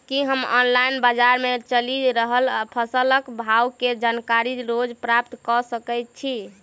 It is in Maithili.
की हम ऑनलाइन, बजार मे चलि रहल फसलक भाव केँ जानकारी रोज प्राप्त कऽ सकैत छी?